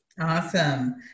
Awesome